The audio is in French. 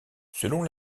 selon